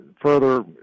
further